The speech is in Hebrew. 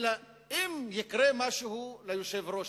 אלא אם יקרה משהו ליושב-ראש,